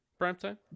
primetime